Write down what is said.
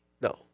No